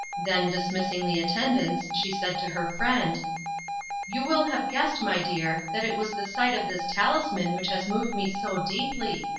then, dismissing the attendants, she said to her friend you will have guessed, my dear, that it was the sight of this talisman which has moved me so deeply.